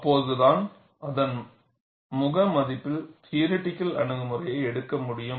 அப்போதுதான் அதன் முக மதிப்பில் தியோரிட்டிகள் அணுகுமுறையை எடுக்க முடியும்